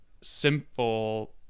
simple